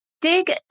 DIG